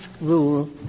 rule